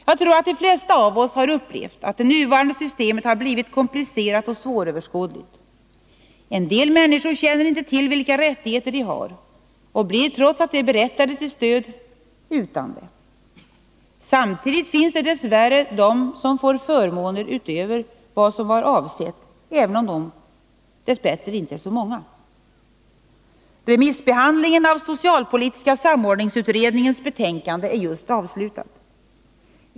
Jag tror att de flesta av oss har upplevt att det nuvarande systemet har blivit komplicerat och svåröverskådligt. En del människor känner inte till vilka rättigheter de har och blir utan stöd trots att de är berättigade till det. Samtidigt finns det dess värre de som får förmåner utöver vad som var avsett, även om de inte är så många. Remissbehandlingen av socialpolitiska samordningsutredningens betänkande är just avslutad.